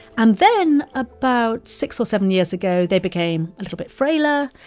and then about six or seven years ago, they became a little bit frailer,